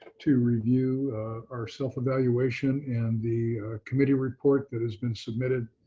to review our self-evaluation and the committee report that has been submitted